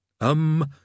Um